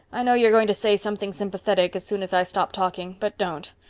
i know you're going to say something sympathetic as soon as i stop talking. but don't.